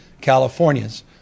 Californians